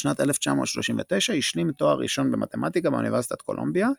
בשנת 1939 השלים תואר ראשון במתמטיקה באוניברסיטת קולומביה,